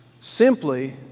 simply